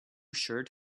shirt